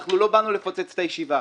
לא באנו לפוצץ את הישיבה.